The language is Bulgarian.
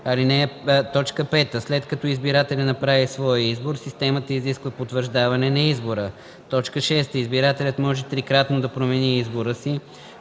5. след като избирателят направи своя избор, системата изисква потвърждаване на избора; 6. избирателят може трикратно да промени избора си,